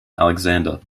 alexander